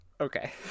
Okay